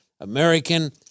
American